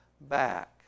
back